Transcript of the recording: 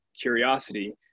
curiosity